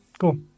cool